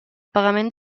pagament